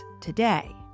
today